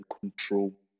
control